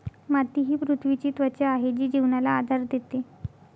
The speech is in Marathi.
माती ही पृथ्वीची त्वचा आहे जी जीवनाला आधार देते